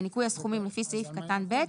בניכוי הסכומים לפי סעיף קטן (ב),